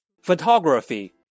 photography